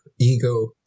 ego